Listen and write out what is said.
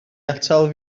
atal